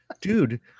Dude